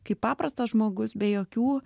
kaip paprastas žmogus be jokių